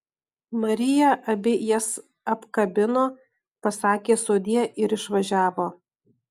marija abi jas apkabino pasakė sudie ir išvažiavo